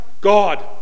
God